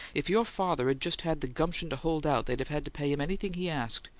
if your father'd just had the gumption to hold out, they'd have had to pay him anything he asked.